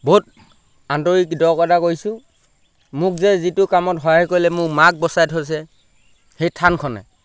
বহুত আন্তৰিক কৃতজ্ঞতা কৰিছোঁ মোক যে যিটো কামত সহায় কৰিলে মোৰ মাক বচাই থৈছে সেই থানখনে